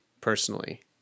personally